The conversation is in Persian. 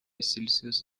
سلسیوس